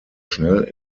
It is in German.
schnell